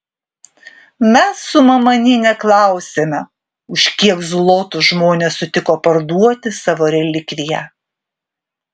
mes su mama nė neklausėme už kiek zlotų žmonės sutiko parduoti savo relikviją